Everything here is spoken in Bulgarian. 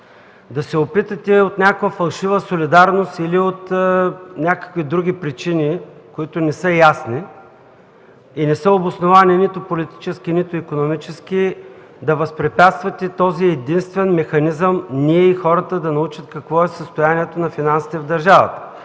да се опитате от някаква фалшива солидарност или от някакви други причини, които не са ясни и не са обосновани нито политически, нито икономически, да възпрепятствате този единствен механизъм ние и хората да научим какво е състоянието на финансите в държавата,